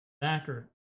Backer